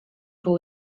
był